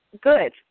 good